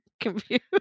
confused